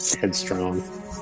headstrong